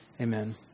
Amen